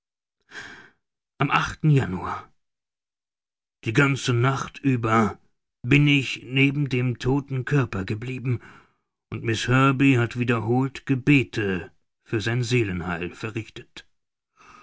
am januar die ganze nacht über bin ich neben dem todten körper geblieben und miß herbey hat wiederholt gebete für sein seelenheil verrichtet